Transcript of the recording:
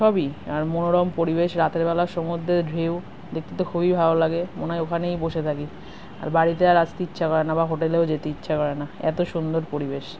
সবই আর মনোরম পরিবেশ রাতের বেলা সমুদ্রের ঢেউ দেখতে তো খুবই ভালো লাগে মনে হয় ওখানেই বসে থাকি আর বাড়িতে আর আসতে ইচ্ছা করে না বা হোটেলেও যেতে ইচ্ছা করে না এত সুন্দর পরিবেশ